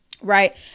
right